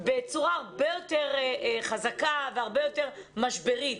בצורה הרבה יותר חזקה והרבה יותר משברית.